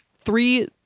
Three